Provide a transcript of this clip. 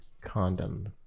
condom